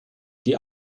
die